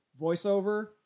voiceover